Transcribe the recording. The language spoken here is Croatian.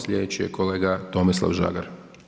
Slijedeći je kolega Tomislav Žagar.